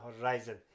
horizon